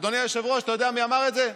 אדוני היושב-ראש, אתה יודע מי אמר את זה?